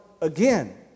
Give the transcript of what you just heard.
again